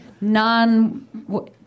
non